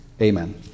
Amen